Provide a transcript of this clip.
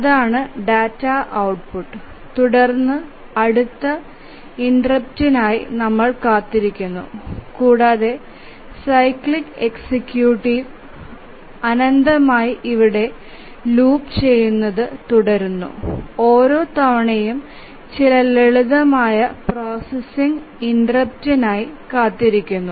അതാണ് data output തുടർന്ന് അടുത്ത ഇന്റര്പ്തിനായി നമ്മൾ കാത്തിരിക്കുന്നു കൂടാതെ സൈക്ലിക് എക്സിക്യൂട്ടീവ് അനന്തമായി ഇവിടെ ലൂപ്പ് ചെയ്യുന്നത് തുടരുന്നു ഓരോ തവണയും ചില ലളിതമായ പ്രോസസ്സിംഗ് ഇന്റര്പ്തിനായി കാത്തിരിക്കുന്നു